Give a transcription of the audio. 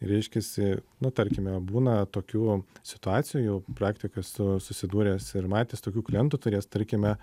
reiškiasi nu tarkime būna tokių situacijų praktikoj esu susidūręs ir matęs tokių klientų turėjęs tarkime